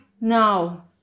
now